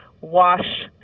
wash